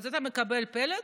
אתה מקבל פלט,